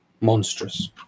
monstrous